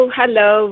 hello